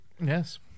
Yes